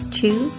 two